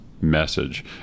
message